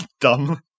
dumb